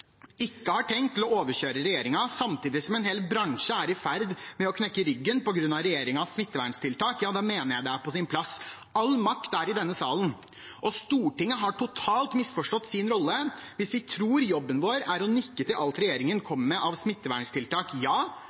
ikke har tenkt å overkjøre regjeringen, samtidig som en hel bransje er i ferd med å knekke ryggen på grunn av regjeringens smitteverntiltak, mener jeg det er på sin plass: All makt er i denne salen. Stortinget har totalt misforstått sin rolle hvis vi tror jobben vår er å nikke til alt regjeringen kommer med av smitteverntiltak. Ja,